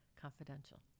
Confidential